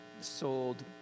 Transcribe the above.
sold